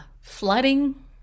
flooding